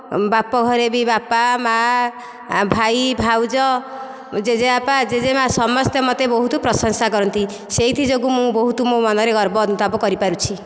ବାପା ଘରେ ବାପା ମା' ଭାଇ ଭାଉଜ ଜେଜେବାପା ଜେଜେମା' ସମସ୍ତେ ମୋତେ ବହୁତ ପ୍ରଶଂସା କରନ୍ତି ସେଇଥିଯୋଗୁଁ ମୁଁ ବହୁତ ମୋ ମନରେ ଗର୍ବ ଅନୁତାପ କରିପାରୁଛି